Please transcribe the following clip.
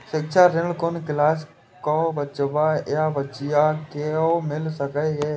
शिक्षा ऋण कुन क्लास कै बचवा या बचिया कै मिल सके यै?